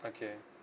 okay